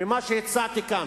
ממה שהצעתי כאן,